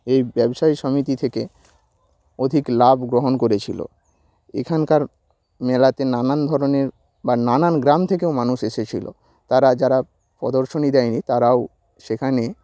এই ব্যবসায়ী সমিতি থেকে অধিক লাভ গ্রহণ করেছিল এখানকার মেলাতে নানান ধরনের বা নানান গ্রাম থেকেও মানুষ এসেছিলো তারা যারা প্রদর্শনী দেয়নি তারাও সেখানে